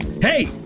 Hey